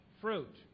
fruit